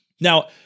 Now